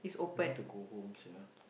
I need to go home sia